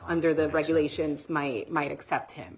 under the regulations my might accept him